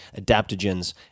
adaptogens